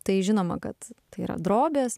tai žinoma kad tai yra drobės